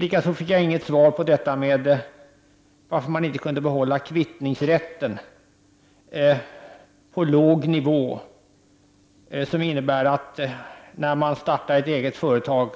Likaså fick jag inget svar på varför vi inte kan behålla kvittningsrätten på låg nivå, som innebär att när man startar eget företag,